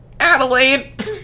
Adelaide